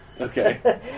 Okay